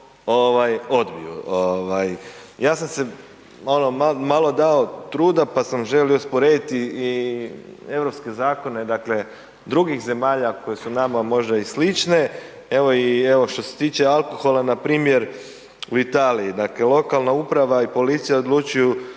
ovaj, ja sam se ono malo dao truda, pa sam želio usporediti i europske zakone, dakle drugih zemalja koje su nama možda i slične, evo i evo što se tiče alkohola npr. u Italiji, dakle lokalna uprava i policija odlučuju